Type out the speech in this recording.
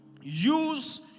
use